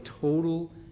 total